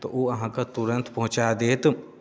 तऽ ओ अहाँके तुरन्त पहुँचा देत